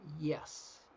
Yes